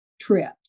trip